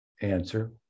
answer